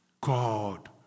God